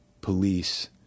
police